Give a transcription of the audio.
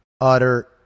utter